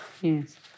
yes